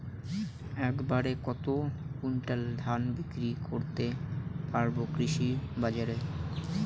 এক বাড়ে কত কুইন্টাল ধান বিক্রি করতে পারবো কৃষক বাজারে?